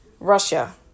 Russia